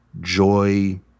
joy